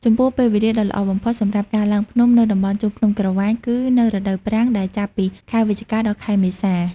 ចំពោះ ពេលវេលាដ៏ល្អបំផុតសម្រាប់ការឡើងភ្នំនៅតំបន់ជួរភ្នំក្រវាញគឺ នៅរដូវប្រាំង ដែលចាប់ពីខែវិច្ឆិកា ដល់ ខែមេសា។